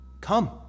Come